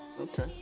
okay